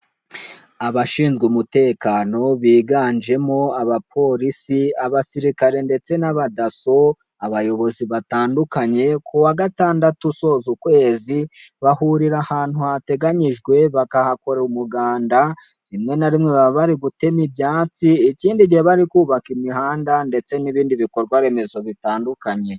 Abashinzwe umutekano biganjemo abapolisi, abasirikare, ndetse n'abadaso, abayobozi batandukanye, kuwa gatandatu usoza ukwezi, bahurira ahantu hateganyijwe, bakahakora umuganda, rimwe na rimwe bari gutema ibyatsi, ikindi gihe bubaka imihanda, ndetse n'ibindi bikorwaremezo bitandukanye.